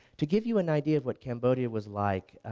to give you an idea of what cambodia was like